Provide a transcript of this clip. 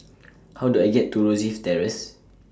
How Do I get to Rosyth Terrace